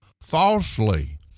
falsely